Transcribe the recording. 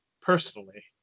personally